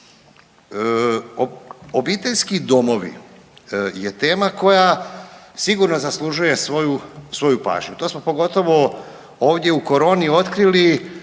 Obiteljski domovi je tema koja sigurno zaslužuje svoju pažnju. To smo pogotovo ovdje u koroni otkrili